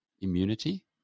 immunity